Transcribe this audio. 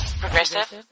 Progressive